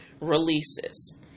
releases